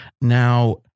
Now